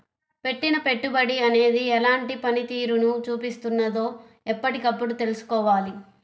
పెట్టిన పెట్టుబడి అనేది ఎలాంటి పనితీరును చూపిస్తున్నదో ఎప్పటికప్పుడు తెల్సుకోవాలి